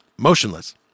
Motionless